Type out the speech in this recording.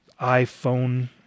iPhone